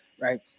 right